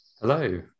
Hello